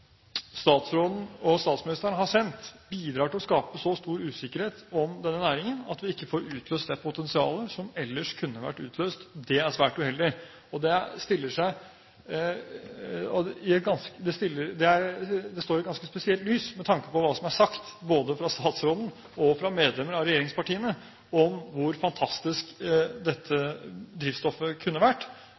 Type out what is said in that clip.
statsråden og statsministeren har sendt, bidrar til å skape så stor usikkerhet om denne næringen at vi ikke får utløst det potensialet som ellers kunne vært utløst. Det er svært uheldig, og det står i et ganske spesielt lys med tanke på hva som er sagt, både fra statsråden og fra medlemmer fra regjeringspartiene om hvor fantastisk dette drivstoffet kunne vært,